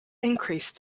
increased